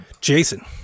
Jason